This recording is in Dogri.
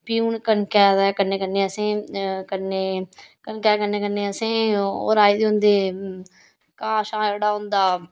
फ्ही हून कनकै दे कन्नै कन्नै असें कन्नै कनकै कन्नै कन्नै असें ओह् राही दी होंदे घाऽ शाऽ जेह्ड़ा होंदा